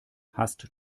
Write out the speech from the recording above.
hast